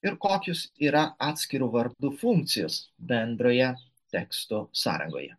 ir kokios yra atskirų vardų funkcijos bendroje teksto sąrangoje